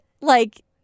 like-